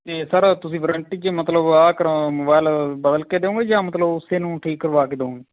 ਅਤੇ ਸਰ ਤੁਸੀਂ ਵਾਰੰਟੀ 'ਚ ਮਤਲਬ ਆਹ ਕਰਾ ਮੋਬਾਇਲ ਬਦਲ ਕੇ ਦਉਂਗੇ ਜਾਂ ਮਤਲਬ ਉਸੇ ਨੂੰ ਠੀਕ ਕਰਵਾ ਕੇ ਦਉਂਗੇ